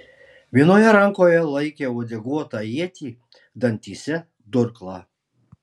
vienoje rankoje laikė uodeguotą ietį dantyse durklą